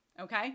Okay